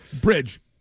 Bridge